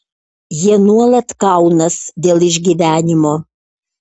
jie nuolat kaunas dėl išgyvenimo